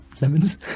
Lemons